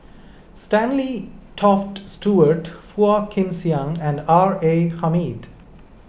Stanley Toft Stewart Phua Kin Siang and R A Hamid